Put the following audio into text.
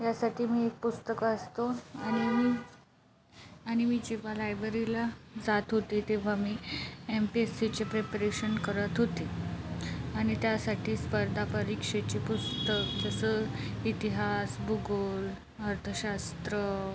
यासाठी मी एक पुस्तक वाचतो आणि आणि मी जेव्हा लायब्ररीला जात होते तेव्हा मी एम पी एस सीची प्रिपरेशन करत होते आणि त्यासाठी स्पर्धा परीक्षेची पुस्तक जसं इतिहास भूगोल अर्थशास्त्र